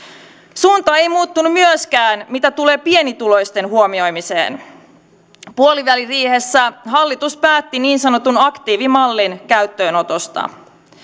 suunta ei muuttunut myöskään mitä tulee pienituloisten huomioimiseen puoliväliriihessä hallitus päätti niin sanotun aktiivimallin käyttöönotosta